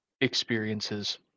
experiences